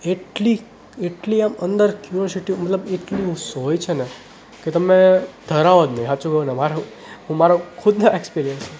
એટલી એટલી આમ અંદર ક્યુરોસિટી મતલબ એટલી હોય છે કે તમે ધરાવ જ નહીં સાચ્ચુ કહુને મારો હું મારો ખુદનો એક્સપિરિયન્સ